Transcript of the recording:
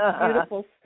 beautiful